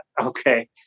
Okay